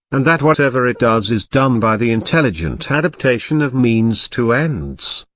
and that whatever it does is done by the intelligent adaptation of means to ends.